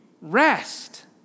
rest